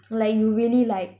like you really like